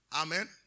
Amen